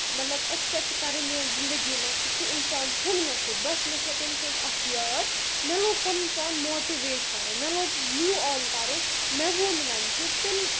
مطلب ایٚکسیپٹ کَرٕنۍ میانہِ زندگی منٛز کہِ سُہ اِنسان چھُنہٕ مےٚ سۭتۍ بَس مےٚ چھےٚ تٔمۍ سٕنٛز اکھ یاد مےٚ لوگ پَنُن پان موٹِویٹ کَرُن مےٚ لوٚگ موٗ اوٚن کَرُن مےٚ ووٚن وۄنۍ کہِ تِم